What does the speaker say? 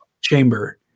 chamber